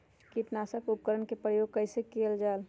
किटनाशक उपकरन का प्रयोग कइसे कियल जाल?